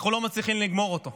אנחנו לא מצליחים לגמור אותו.